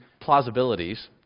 plausibilities